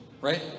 right